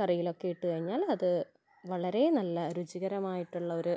കറിയിലൊക്കെ ഇട്ട് കഴിഞ്ഞാൽ അത് വളരെ നല്ല രുചികരമായിട്ടുള്ള ഒരു